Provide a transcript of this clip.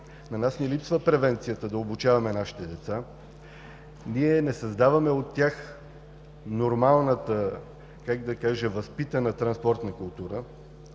На нас ни липсва превенцията да обучаваме нашите деца, ние не създаваме от тях нормалната възпитана транспортна култура,